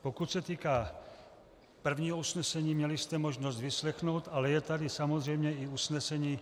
Pokud se týká prvního usnesení, měli jste ho možnost vyslechnout, ale je tady samozřejmě i usnesení